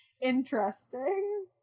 interesting